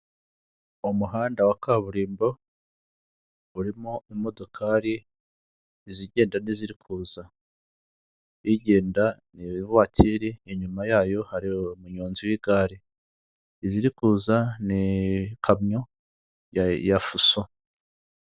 Umuhanda wa kaburimbo, urimo imodokari, izigenda n'iziri kuza, igenda ni ivatiri, inyuma yayo hari umunyonzi w'igare, iziri kuza ni ikamyo ya fuso.